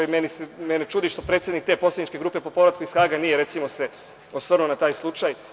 Mene čudi što predsednik te poslaničke grupe po povratku iz Haga nije, recimo, osvrnuo se na taj slučaj.